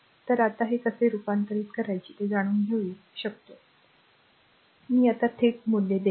तर आता ते कसे रूपांतरित करायचे ते जाणून घेऊ शकतो मी आता थेट मूल्ये देईन